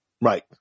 right